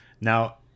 Now